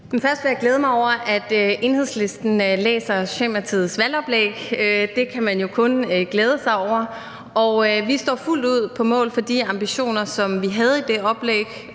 Først vil jeg glæde mig over, at Enhedslisten læser Socialdemokratiets valgoplæg; det kan man jo kun glæde sig over. Vi står fuldt ud på mål for de ambitioner, som vi havde i det oplæg